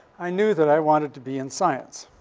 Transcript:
i knew that i wanted to be in science.